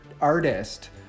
artist